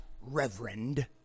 reverend